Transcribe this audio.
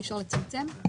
אי אפשר לצמצם אותן?